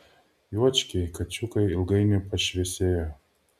juočkiai kačiukai ilgainiui pašviesėjo